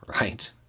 right